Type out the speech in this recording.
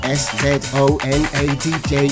s-z-o-n-a-d-j